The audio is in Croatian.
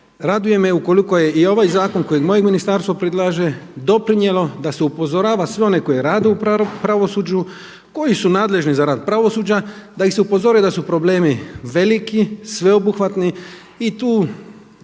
Raduje me ukoliko je i ovaj zakon kojeg moje ministarstvo predlaže doprinijelo da se upozorava sve one koji rade u pravosuđu, koji su nadležni za rad pravosuđa, da ih se upozore da su problemi veliki, sveobuhvatni i tu